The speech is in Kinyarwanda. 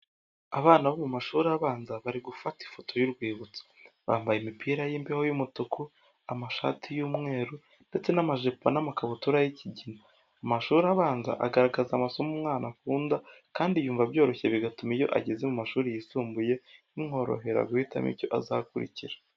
Abana bo mu mashuri abanza bari gufata ifoto y'urwibutso, bambaye imipira y'imbeho y'umutuku, amashati y'umweru ndetse n'amajipo n'amakabutura y'ikigina, amashuri abanza agaragaza amasomo umwana akunda kandi yumva byoroshye bigatuma iyo ageze mu amashuri yisumbuye bimworohera guhitamo icyo azakurikirana.